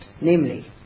namely